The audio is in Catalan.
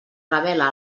revela